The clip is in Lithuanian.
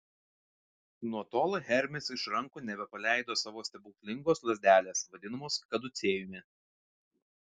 nuo tol hermis iš rankų nebepaleido savo stebuklingos lazdelės vadinamos kaducėjumi